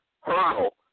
hurdle